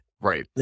Right